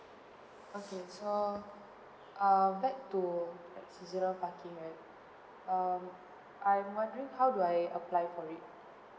okay so err back to the seasonal parking right um I'm wondering how do I apply for it